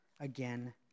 again